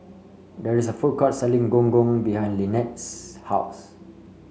there is a food court selling Gong Gong behind Lynnette's house